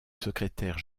secrétaire